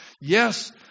Yes